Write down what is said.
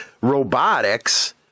robotics